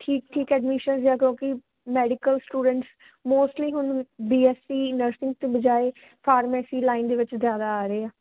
ਠੀਕ ਠੀਕ ਐਡਮਿਸ਼ਨਸ ਆ ਕਿਉਂਕਿ ਮੈਡੀਕਲ ਸਟੂਡੈਂਟਸ ਮੋਸਟਲੀ ਹੁਣ ਬੀ ਐਸ ਸੀ ਨਰਸਿੰਗ ਤੋਂ ਬਜਾਏ ਫਾਰਮੈਸੀ ਲਾਈਨ ਦੇ ਵਿੱਚ ਜ਼ਿਆਦਾ ਆ ਰਹੇ ਆ